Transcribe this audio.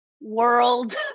world